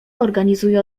organizuje